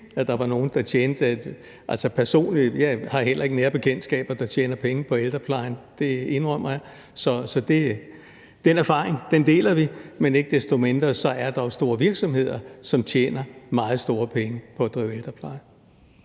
Jeg har heller ikke nære bekendtskaber, der tjener penge på ældreplejen. Det indrømmer jeg. Så den erfaring deler vi. Men ikke desto mindre er der store virksomheder, som tjener meget store penge på at drive ældrepleje.